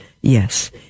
yes